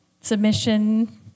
submission